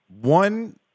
one